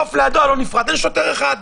בחוף לידו, לא נפרד אין שוטר אחד.